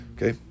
Okay